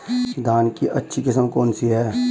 धान की अच्छी किस्म कौन सी है?